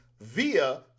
via